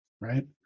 right